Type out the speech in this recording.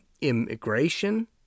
immigration